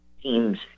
teams